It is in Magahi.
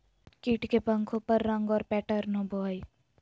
कीट के पंखों पर रंग और पैटर्न होबो हइ